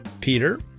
Peter